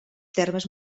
termes